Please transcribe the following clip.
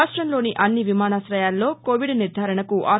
రాష్టంలోని అన్ని విమానాశయాల్లో కోవిడ్ నిర్థారణకు ఆర్